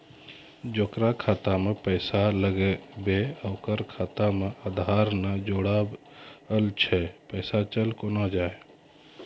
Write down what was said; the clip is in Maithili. जेकरा खाता मैं पैसा लगेबे ओकर खाता मे आधार ने जोड़लऽ छै पैसा चल कोना जाए?